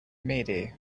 mayday